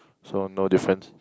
so no difference